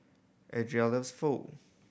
Andria loves Pho